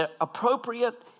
appropriate